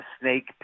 snake